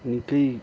निकै